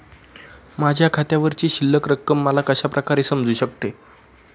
माझ्या खात्यावरची शिल्लक रक्कम मला कशा प्रकारे समजू शकते?